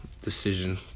decision